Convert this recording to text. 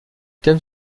thèmes